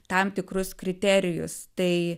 tam tikrus kriterijus tai